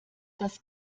das